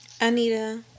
Anita